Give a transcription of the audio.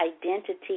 identity